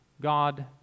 God